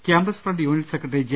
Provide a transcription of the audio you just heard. campus front unit secretary J